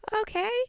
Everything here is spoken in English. Okay